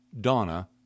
Donna